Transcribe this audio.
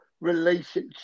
relationship